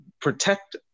protect